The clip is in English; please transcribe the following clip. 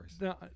now